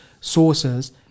sources